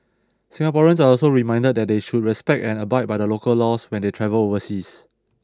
Singaporeans are also reminded that they should respect and abide by the local laws when they travel overseas